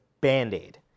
band-aid